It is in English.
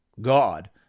God